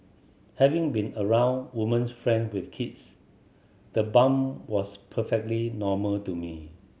having been around woman's friend with kids the bump was perfectly normal to me